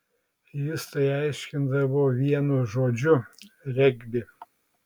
jis tai aiškindavo vienu žodžiu regbi